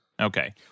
Okay